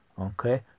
okay